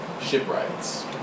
shipwrights